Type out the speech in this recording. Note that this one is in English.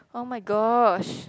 oh-my-gosh